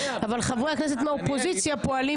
אבל חברי הכנסת מהאופוזיציה פועלים